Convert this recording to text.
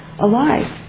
Alive